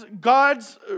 God's